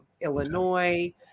Illinois